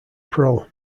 pro